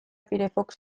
firefox